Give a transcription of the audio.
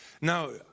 Now